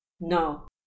No